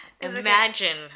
imagine